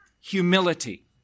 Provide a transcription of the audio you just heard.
humility